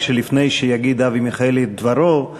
רק לפני שיגיד אבי מיכאלי את דברו,